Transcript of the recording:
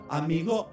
amigo